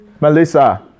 Melissa